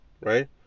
right